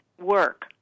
work